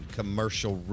commercial